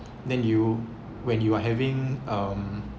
then you when you are having um